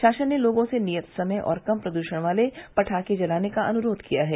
शासन ने लोगों से नियत समय और कम प्रदूषण वाले पटाखे जलाने का अनुरोध किया है